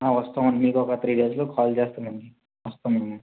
వస్తామండి మీకొక త్రీ డేసులో కాల్ చేస్తామండి వస్తామండి